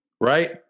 Right